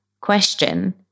question